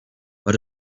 but